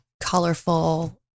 colorful